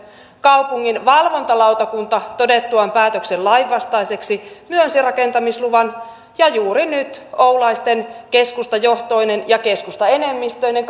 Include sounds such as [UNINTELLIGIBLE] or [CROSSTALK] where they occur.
kaupungin valvontalautakunta todettuaan päätöksen lainvastaiseksi myönsi rakentamisluvan ja juuri nyt oulaisten keskustajohtoinen ja keskustaenemmistöinen [UNINTELLIGIBLE]